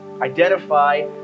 identify